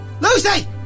Lucy